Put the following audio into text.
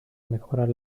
mejorar